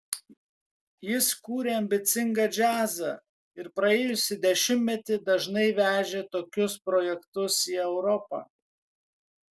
jis kūrė ambicingą džiazą ir praėjusį dešimtmetį dažnai vežė tokius projektus į europą